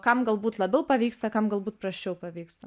kam galbūt labiau pavyksta kam galbūt prasčiau pavyksta